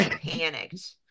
panicked